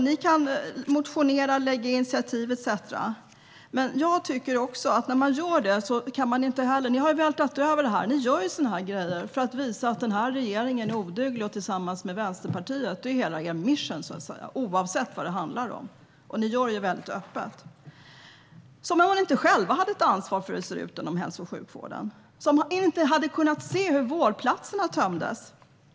Ni kan motionera, lägga fram initiativ etcetera, men ni har ju vältrat över detta. Ni gör sådana här grejer för att visa att regeringen, tillsammans med Vänsterpartiet, är oduglig. Det är hela er mission , oavsett vad det handlar om, och ni gör det också väldigt öppet - som om inte ni själva hade ett ansvar för hur det ser ut inom hälso och sjukvården. Som om ni inte hade kunnat se hur vårdplatserna tömdes!